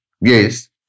Yes